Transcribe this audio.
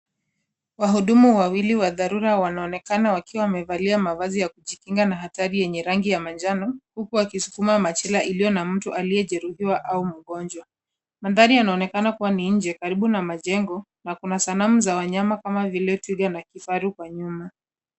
Wahudumu wawili wa dharura wanaonekana wakiwa wamevalia mavazi ya kujikinga na hatari yenye rangi ya manjano huku wakisukuma machela iliyo na mtu aliyejeruhiwa au mgonjwa . Mandhari yanaonekana kuwa ni nje karibu na majengo , na kuna sanamu za wanyama kama vile twiga na kifaru kwa nyuma.